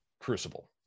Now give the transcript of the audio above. Crucible